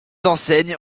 enseignes